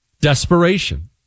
Desperation